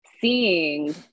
seeing